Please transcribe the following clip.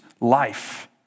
life